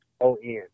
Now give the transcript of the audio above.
O-N